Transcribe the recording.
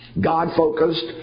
God-focused